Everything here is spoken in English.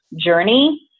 journey